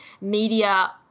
media